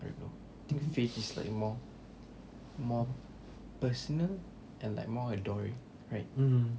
I don't know think face is like more more personal and like more adoring right